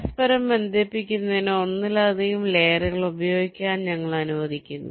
പരസ്പരം ബന്ധിപ്പിക്കുന്നതിന് ഒന്നിലധികം ലെയറുകൾ ഉപയോഗിക്കാൻ ഞങ്ങൾ അനുവദിക്കുന്നു